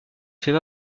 fait